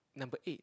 number eight